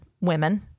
women